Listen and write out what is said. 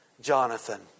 Jonathan